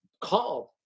called